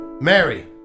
Mary